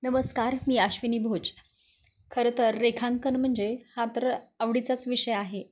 नमस्कार मी आश्विनी भोज खरंतर रेखांकन म्हणजे हा तर आवडीचाच विषय आहे